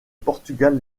portugal